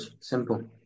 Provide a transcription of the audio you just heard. simple